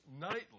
nightly